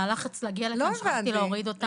מהלחץ להגיע לכאן שכחתי להוריד אותן.